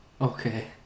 okay